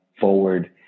forward